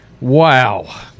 Wow